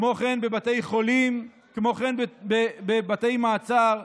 וכן בבתי חולים ובבתי מעצר.